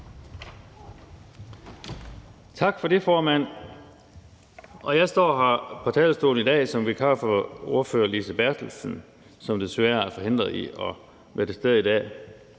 Tak for det, formand. Jeg står her på talerstolen i dag som vikar for vores ordfører, Lise Bertelsen, som desværre er forhindret i at være til stede i dag.